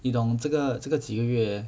你懂这个这个几个月